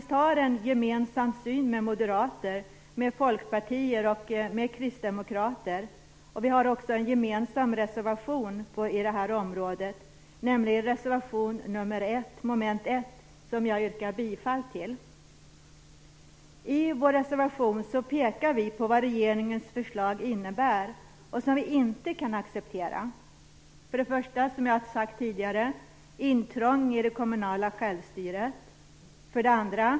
Vi har faktiskt en med Moderaterna, Folkpartiet och Kristdemokraterna gemensam syn, och vi har en gemensam reservation på det här området, reservation nr I vår reservation pekar vi på det som vi inte kan acceptera i regeringens förslag. 1. Som jag tidigare sagt är det fråga om ett intrång i det kommunala självstyret. 2.